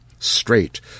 Straight